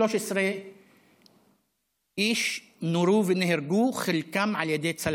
13 איש נורו ונהרגו, חלקם על ידי צלפים.